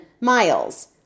miles